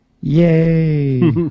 Yay